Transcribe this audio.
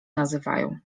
nazywają